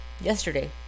Yesterday